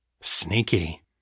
Sneaky